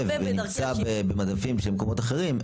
זה ליטול פוזיציה אחרת שהיא לא בידיים של משרד הבריאות.